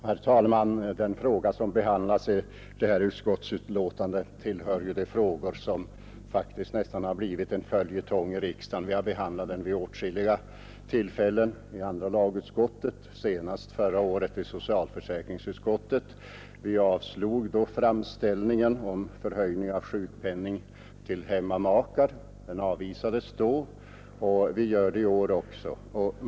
Herr talman! Den fråga som behandlas i förevarande utskottsbetänkande hör till dem som nära nog har blivit en följetong här i riksdagen. Vi har behandlat den vid åtskilliga tillfällen i andra lagutskottet, och senast behandlade vi den i socialförsäkringsutskottet förra året. Då avvisade vi framställningen om en förhöjning av sjukpenningen till hemmamakar, och vi har gjort det i år också.